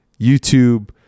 YouTube